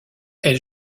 elle